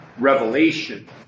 Revelation